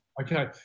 Okay